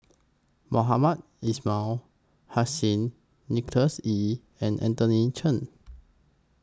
Mohamed Ismail Hussain Nicholas Ee and Anthony Chen